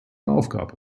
aufgabe